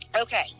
okay